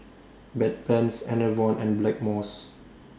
Bedpans Enervon and Blackmores